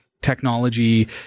technology